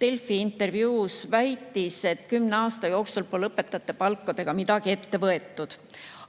Delfi intervjuus väitis, et kümne aasta jooksul pole õpetajate palkadega midagi ette võetud.